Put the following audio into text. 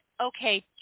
okay